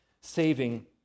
saving